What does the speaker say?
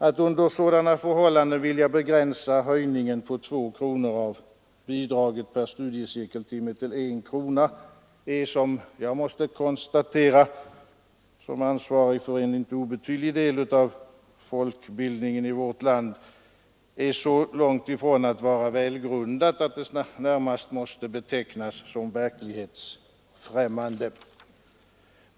Att under sådana förhållanden vilja begränsa höjningen av bidraget per studiecirkeltimme från två kronor till en krona är, det måste jag konstatera som ansvarig för en icke obetydlig del av folkbildningsverksamheten i vårt land, så långt ifrån att vara välgrundat att det närmast måste betraktas som verklighetsfrämmande.